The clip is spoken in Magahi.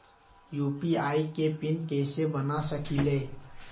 यू.पी.आई के पिन कैसे बना सकीले?